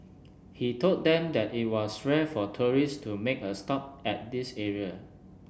he told them that it was rare for tourist to make a stop at this area